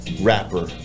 rapper